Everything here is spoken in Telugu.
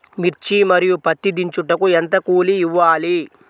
మిర్చి మరియు పత్తి దించుటకు ఎంత కూలి ఇవ్వాలి?